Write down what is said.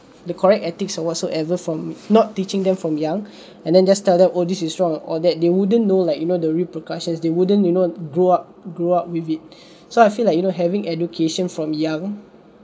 the correct ethics or whatsoever from not teaching them from young and then just started oh this is wrong or that they wouldn't know like you know the repercussions they wouldn't you know grew up grew up with it so I feel like you know having education from young